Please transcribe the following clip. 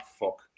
fuck